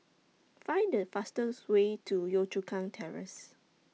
Find The fastest Way to Yio Chu Kang Terrace